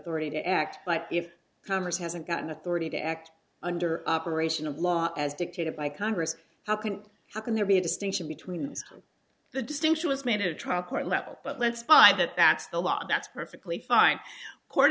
authority to act but if congress hasn't gotten authority to act under operation of law as dictated by congress how can how can there be a distinction between the distinction was made a trial court level but let's buy that that's the law that's perfectly fine court